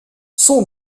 son